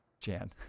Jan